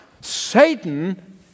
Satan